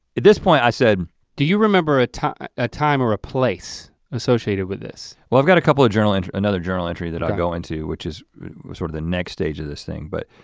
at this point i said do you remember a time a time or a place associated with this? well i've got a couple of journal entry another journal entry that i'd go into which is sort of the next stage of this thing but